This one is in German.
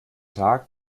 tag